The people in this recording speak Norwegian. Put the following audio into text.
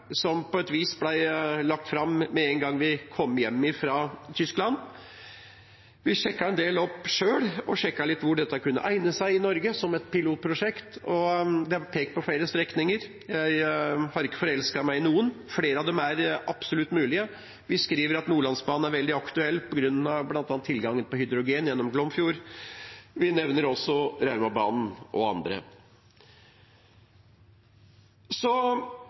som på et vis ble lagt fram med en gang vi kom hjem fra Tyskland. Vi sjekket opp en del selv og sjekket hvor dette kunne egne seg i Norge som et pilotprosjekt. Det er pekt på flere strekninger. Jeg har ikke forelsket meg i noen – flere av dem er absolutt mulige. Vi skriver at Nordlandsbanen er veldig aktuell på grunn av bl.a. tilgangen på hydrogen gjennom Glomfjord. Vi nevner også Raumabanen og andre. Så